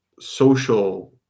social